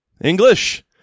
English